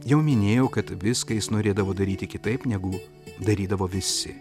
jau minėjau kad viską jis norėdavo daryti kitaip negu darydavo visi